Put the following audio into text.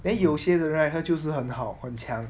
then 有些人 right 他就是很好很强